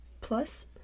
Plus